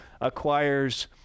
acquires